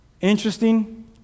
interesting